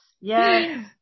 yes